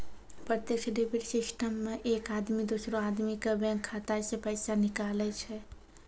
प्रत्यक्ष debit system मे एक आदमी दोसरो आदमी के बैंक खाता से पैसा निकाले छै